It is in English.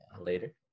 later